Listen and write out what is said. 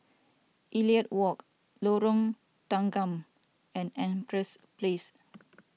Elliot Walk Lorong Tanggam and Empress Place